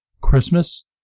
Christmas